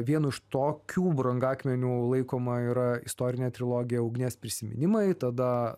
vienu iš tokių brangakmenių laikoma yra istorinė trilogija ugnies prisiminimai tada